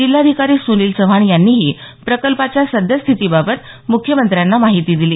जिल्हाधिकारी सुनील चव्हाण यांनीही प्रकल्पाच्या सद्यस्थितीबाबत मुख्यमंत्र्यांना माहिती दिली